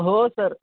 हो सर